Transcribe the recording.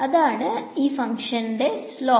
അതാണ് ഈ ഫങ്ക്ഷന്റെ slope